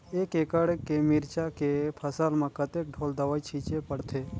एक एकड़ के मिरचा के फसल म कतेक ढोल दवई छीचे पड़थे?